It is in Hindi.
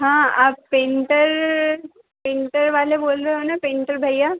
हाँ आप पेन्टर पेन्टर वाले बोल रहे हो न पेन्टर भैया